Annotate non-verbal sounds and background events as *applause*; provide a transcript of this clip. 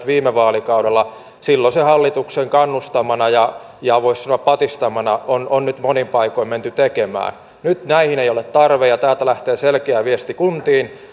*unintelligible* viime vaalikaudella silloisen hallituksen kannustamana ja ja voisi sanoa patistamana on on nyt monin paikoin menty tekemään nyt näihin ei ole tarvetta ja täältä lähtee selkeä viesti kuntiin